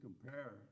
compare